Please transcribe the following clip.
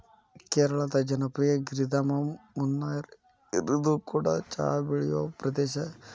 ಕೇರಳದ ಜನಪ್ರಿಯ ಗಿರಿಧಾಮ ಮುನ್ನಾರ್ಇದು ಕೂಡ ಚಹಾ ಬೆಳೆಯುವ ಪ್ರದೇಶ